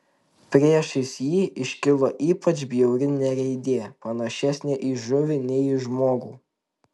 priešais jį iškilo ypač bjauri nereidė panašesnė į žuvį nei į žmogų